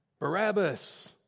Barabbas